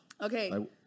okay